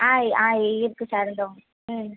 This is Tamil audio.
ஆ இ ஆ இ இருக்குது சார் இதோ ம்